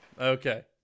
Okay